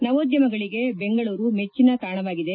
ನವೋದ್ಯಮಗಳಿಗೆ ಬೆಂಗಳೂರು ಮೆಚ್ಚಿನ ತಾಣವಾಗಿದೆ